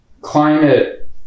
Climate